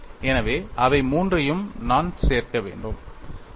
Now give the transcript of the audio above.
எனவே அவை மூன்றையும் நான் சேர்க்க முடியும்